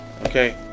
Okay